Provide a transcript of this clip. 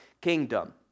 kingdom